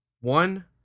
One